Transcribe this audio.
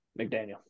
McDaniel